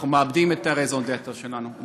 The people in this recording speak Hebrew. אנחנו מאבדים את ה-raison d`etre שלנו.